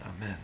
Amen